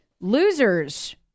Losers